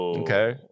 Okay